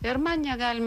ir man negalima